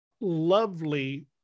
lovely